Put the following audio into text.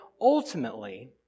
ultimately